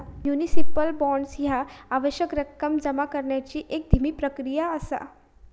municipal bonds ह्या आवश्यक रक्कम जमा करण्याची एक धीमी प्रक्रिया असा